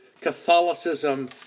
Catholicism